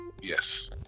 yes